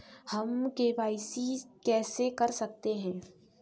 हम के.वाई.सी कैसे कर सकते हैं?